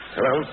Hello